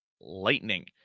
Lightning